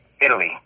Italy